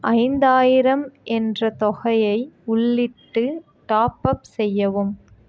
ஐந்தாயிரம் என்ற தொகையை உள்ளிட்டு டாப் அப் செய்யவும்